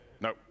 No